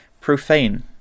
profane